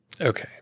Okay